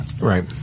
right